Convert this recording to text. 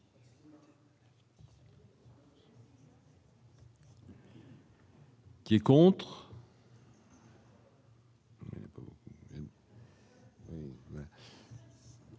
Qui est contre.